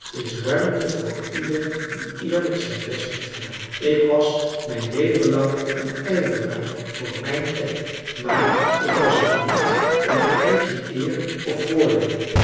is ruimte voor ieder die eerlijk zijn best heeft gedaan ik was mijn leven lang een ijveraar voor mijn kerk maar ik was het niet om eigen eer of voordeel